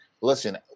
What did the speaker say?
Listen